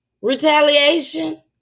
retaliation